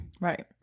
Right